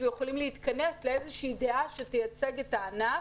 יכולים להתכנס סביב דעה שתאחד את הענף.